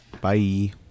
Bye